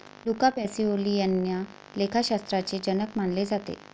Luca Pacioli यांना लेखाशास्त्राचे जनक मानले जाते